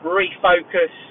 refocus